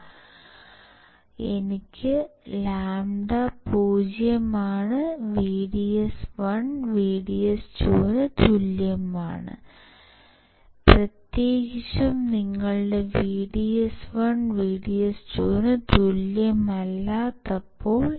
അതിനാൽ എനിക്ക് λ0 VDS1 VDS2 എന്നിവ ഉണ്ടാകരുത് പ്രത്യേകിച്ചും നിങ്ങളുടെ VDS1 VDS2 ന് തുല്യമല്ലാത്തപ്പോൾ